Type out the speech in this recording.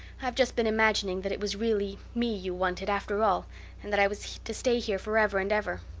i've just been imagining that it was really me you wanted after all and that i was to stay here for ever and ever.